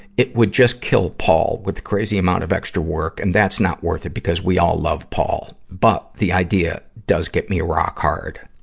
it would just kill paul with crazy amount of extra work, and that's not worth it because we all love paul. but, the idea does get me rock hard.